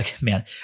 man